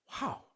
Wow